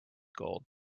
gold